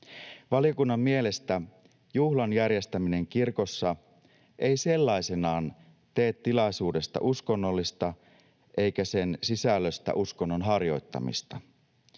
Valiokunnan mielestä juhlan järjestäminen kirkossa ei sellaisenaan tee tilaisuudesta uskonnollista eikä sen sisällöstä uskonnon harjoittamista.